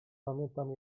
pamiętam